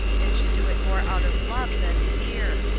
and should do it more out of love than fear.